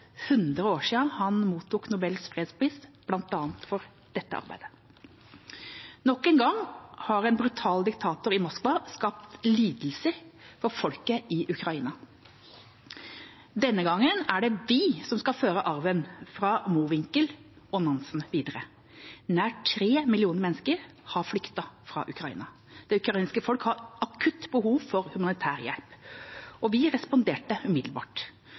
100 år siden han mottok Nobels fredspris for bl.a. det arbeidet. Nok en gang har en brutal diktator i Moskva skapt lidelser for folket i Ukraina. Denne gangen er det vi som skal føre arven fra Mowinckel og Nansen videre. Nær tre millioner mennesker har flyktet fra Ukraina. Det ukrainske folk har akutt behov for humanitær hjelp, og vi responderte umiddelbart.